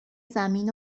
زمین